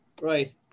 Right